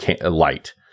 light